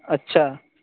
اچھا